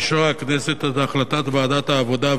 אישרה הכנסת את החלטת ועדת העבודה,